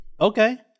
Okay